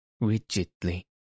rigidly